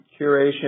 curation